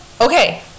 okay